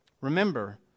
Remember